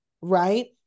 Right